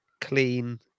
clean